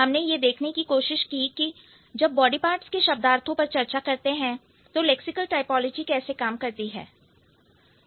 हमने यह देखने की कोशिश की कि जब बॉडी पार्ट्स के शब्दार्थों पर चर्चा करते हैं तो लैक्सिकल टाइपोलॉजी कैसे काम करती है